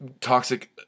toxic